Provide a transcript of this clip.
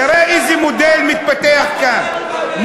תראה איזה מודל מתפתח כאן,